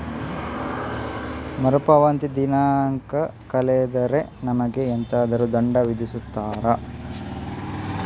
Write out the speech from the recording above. ಮರುಪಾವತಿ ದಿನಾಂಕ ಕಳೆದರೆ ನಮಗೆ ಎಂತಾದರು ದಂಡ ವಿಧಿಸುತ್ತಾರ?